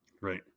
Right